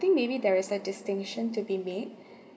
I think maybe there is a distinction to be made